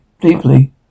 deeply